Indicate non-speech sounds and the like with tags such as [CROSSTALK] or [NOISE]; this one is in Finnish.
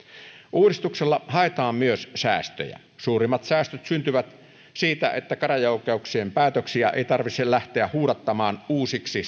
uudistuksella haetaan myös säästöjä suurimmat säästöt syntyvät siitä että käräjäoikeuksien päätöksiä ei tarvitse lähteä huudattamaan uusiksi [UNINTELLIGIBLE]